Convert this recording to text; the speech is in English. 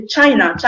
China